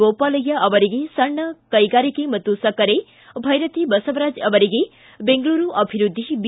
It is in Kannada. ಗೋಪಾಲಯ್ನ ಅವರಿಗೆ ಸಣ್ಣ ಕೈಗಾರಿಕೆ ಹಾಗೂ ಸಕ್ಕರೆ ಬೈರತಿ ಬಸವರಾಜ ಅವರಿಗೆ ಬೆಂಗಳೂರು ಅಭಿವೃದ್ಧಿ ಬಿ